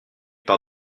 par